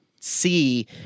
see